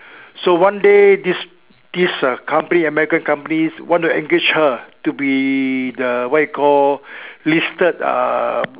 so one day this this uh company American company want to engage her to be the what you call listed uh